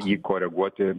jį koreguoti